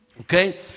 Okay